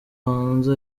hanze